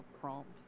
prompt